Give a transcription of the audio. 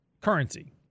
currency